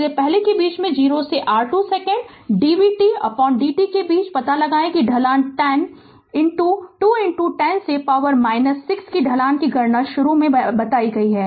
तो 0 से पहले के बीच 0 से r 2 सेकंड DVtdt के बीच पता लगाएं कि ढलान 10 गुणा 2 10 से पावर 6 है कि ढलान की गणना शुरू में मैंने बताई थी